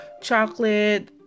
chocolate